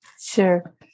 Sure